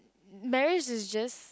marriage is just